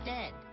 Dead